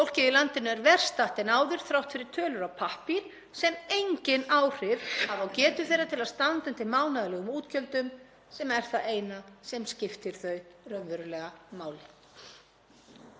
Fólkið í landinu er verr statt en áður þrátt fyrir tölur á pappír sem engin áhrif hafa á getu þeirra til að standa undir mánaðarlegum útgjöldum, sem er það eina sem skiptir þau raunverulegu máli.